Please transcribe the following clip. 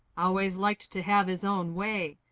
always liked to have his own way.